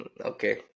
Okay